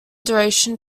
duration